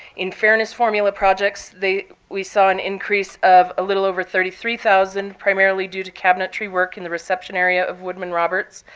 in fairness formula projects, we saw an increase of a little over thirty three thousand, primarily due to cabinetry work in the reception area of woodmen-roberts,